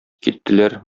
киттеләр